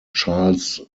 charles